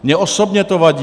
Mně osobně to vadí.